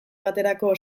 baterako